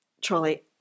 trolley